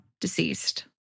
deceased